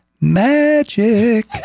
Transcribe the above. magic